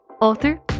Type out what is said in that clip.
author